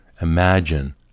Imagine